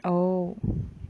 oh